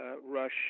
Rush